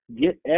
Get